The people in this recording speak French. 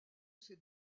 ces